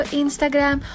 instagram